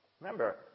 Remember